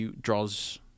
draws